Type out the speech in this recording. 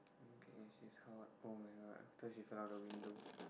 okay she's hot oh-my-god I thought she fell out the window